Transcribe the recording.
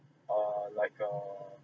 err like a